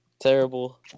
terrible